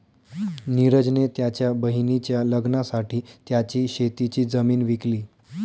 निरज ने त्याच्या बहिणीच्या लग्नासाठी त्याची शेतीची जमीन विकली